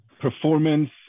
performance